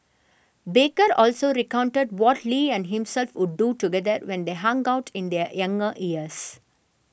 baker also recounted what Lee and himself would do together when they hung out in their younger years